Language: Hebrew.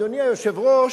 אדוני היושב-ראש,